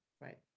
Right